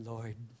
Lord